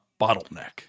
bottleneck